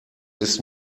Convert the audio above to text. ist